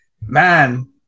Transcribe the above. Man